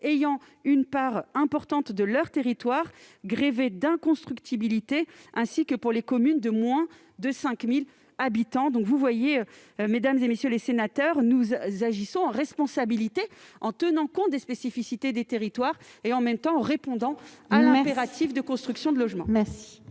ayant une part importante de leur territoire grevée d'inconstructibilité, ainsi que pour les communes de moins de 5 000 habitants. Vous le voyez, mesdames, messieurs les sénateurs, nous agissons en responsabilité en tenant compte des spécificités des territoires, tout en répondant à l'impératif de construction de logements.